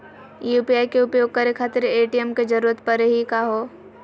UPI के उपयोग करे खातीर ए.टी.एम के जरुरत परेही का हो?